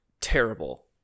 terrible